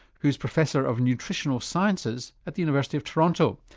who's professor of nutritional sciences at the university of toronto.